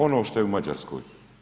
Ono šta je u Mađarskoj.